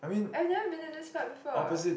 I never visit this park before